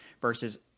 versus